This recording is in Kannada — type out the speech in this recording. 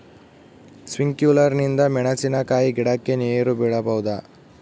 ಸ್ಪಿಂಕ್ಯುಲರ್ ನಿಂದ ಮೆಣಸಿನಕಾಯಿ ಗಿಡಕ್ಕೆ ನೇರು ಬಿಡಬಹುದೆ?